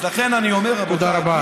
אז לכן אני אומר: רבותיי,